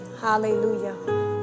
hallelujah